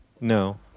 No